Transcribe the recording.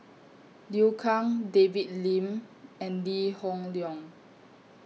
Liu Kang David Lim and Lee Hoon Leong